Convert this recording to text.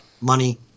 money